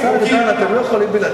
אנחנו בהחלט יכולים.